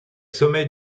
sommeil